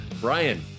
Brian